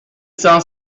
cent